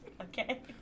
Okay